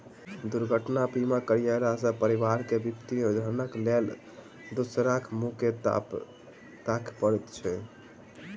दुर्घटना बीमा करयला सॅ परिवार के विपत्ति मे धनक लेल दोसराक मुँह नै ताकय पड़ैत छै